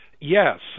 Yes